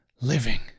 living